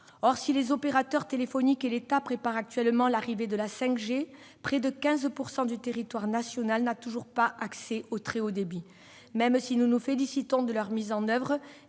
Or, si les opérateurs téléphoniques et l'État préparent actuellement l'arrivée de la 5G, près de 15 % du territoire national n'a toujours pas accès au très haut débit. Eh oui ! Même si nous nous félicitons de leur mise en oeuvre,